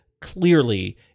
clearly